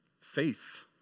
faith